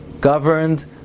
governed